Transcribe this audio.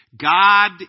God